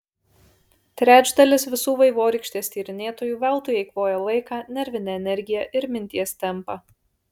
trečdalis visų vaivorykštės tyrinėtojų veltui eikvoja laiką nervinę energiją ir minties tempą